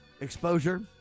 exposure